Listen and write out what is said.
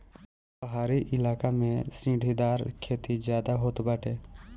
पहाड़ी इलाका में सीढ़ीदार खेती ज्यादा होत बाटे